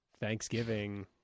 Thanksgiving